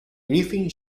griffin